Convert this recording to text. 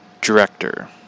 director